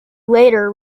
later